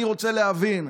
אני רוצה להבין,